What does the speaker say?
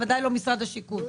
ודאי לא משרד השיכון.